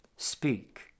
speak